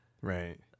right